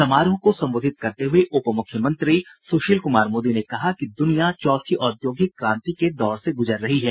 समारोह को संबोधित करते हुए उप मुख्यमंत्री सुशील कुमार मोदी ने कहा कि दुनिया चौथी औद्योगिक क्रांति के दौर से गुजर रही है